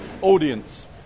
audience